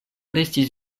restis